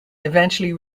eventually